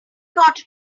gotta